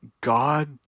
God